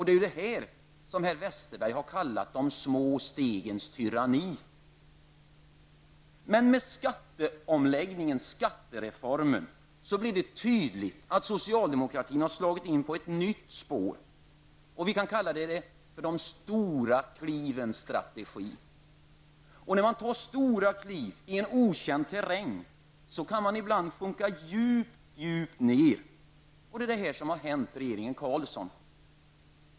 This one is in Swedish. Det är detta som herr Westerberg har kallat ''de små stegens tyranni''. Men med skattereformen blev det tydligt att socialdemokratin slagit in på ett nytt spår: ''de stora klivens strategi''. Och när man tar stora kliv i okänd terräng så kan man ibland sjunka djupt ner. Det är detta som har hänt regeringen Carlsson.